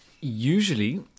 usually